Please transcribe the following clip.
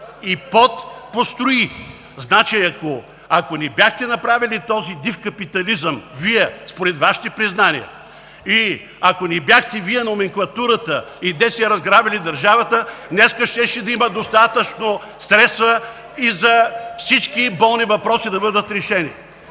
и пот построи.“ Значи, ако Вие не бяхте направили този див капитализъм според Вашите признания, ако Вие – номенклатурата и ДС, не бяхте разграбили държавата, днес щеше да има достатъчно средства всички болни въпроси да бъдат решени.